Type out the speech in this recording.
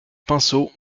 pinceau